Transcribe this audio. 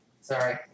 Sorry